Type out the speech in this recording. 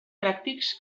pràctics